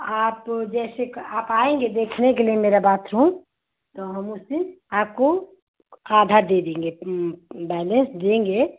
आप जैसे आप आएंगे देखने के लिए मेरा बाथरूम तो हम उस दिन आपको आधा दे देंगे बैलेंस देंगे